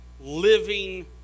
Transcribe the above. living